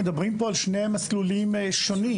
מדברים פה על שני מסלולים שונים.